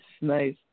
nice